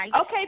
Okay